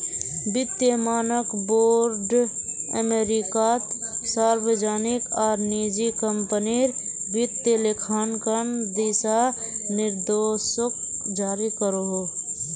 वित्तिय मानक बोर्ड अमेरिकात सार्वजनिक आर निजी क्म्पनीर वित्तिय लेखांकन दिशा निर्देशोक जारी करोहो